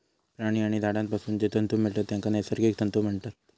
प्राणी आणि झाडांपासून जे तंतु मिळतत तेंका नैसर्गिक तंतु म्हणतत